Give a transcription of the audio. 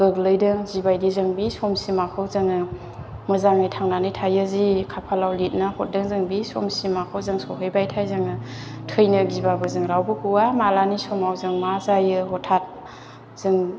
गोग्लैदों जिबायदि जों बे समसिमआखौ जोङो मोजाङै थांनानै थायो जि खाफालाव लिरना हरदों जों बि समसिमाखौ जों सफैबाथाय जोङो थैनो गिबाबो जों रावबो गवा मालानि समाव जों मा जायो हथात जों